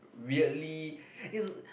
weirdly it's